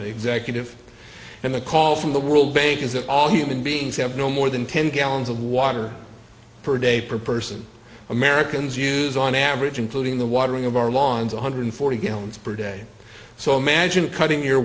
executive and the call from the world bank is that all human beings have no more than ten gallons of water per day per person americans use on average including the watering of our lawns one hundred forty gallons per day so imagine cutting your